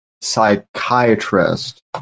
psychiatrist